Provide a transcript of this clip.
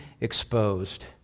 exposed